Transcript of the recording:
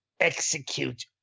Execute